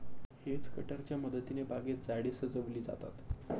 hedge कटरच्या मदतीने बागेत झाडे सजविली जातात